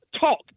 talk